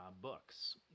books